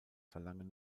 verlangen